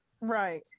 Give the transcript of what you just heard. Right